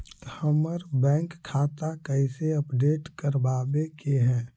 हमर बैंक खाता कैसे अपडेट करबाबे के है?